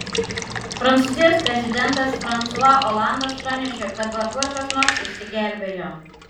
prancūzijos prezidentas fransua olandas pranešė kad vargu ar kas nors išsigelbėjo